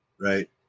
Right